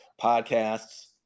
podcasts